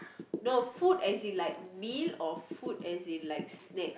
no food as in like meal or food as in like snack